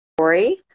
story